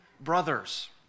brothers